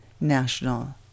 National